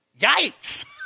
Yikes